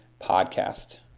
podcast